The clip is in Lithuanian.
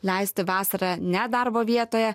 leisti vasarą ne darbo vietoje